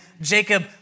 Jacob